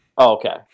Okay